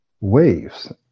waves